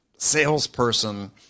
Salesperson